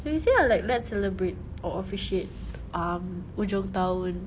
so he say ah like let's celebrate or officiate um hujung tahun